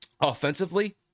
offensively